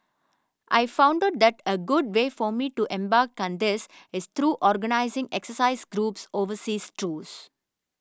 I found out that a good way for me to embark on this is through organising exercise groups overseas tours